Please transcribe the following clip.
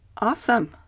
awesome